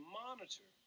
monitor